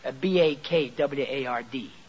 B-A-K-W-A-R-D